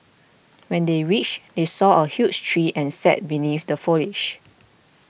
when they reached they saw a huge tree and sat beneath the foliage